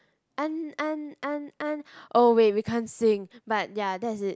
and and and and oh wait we can't sing but ya that's it